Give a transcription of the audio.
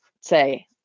say